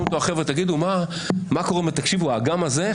החבר'ה שואלים אותו מה קורה והוא אומר: האגם הזה,